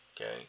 Okay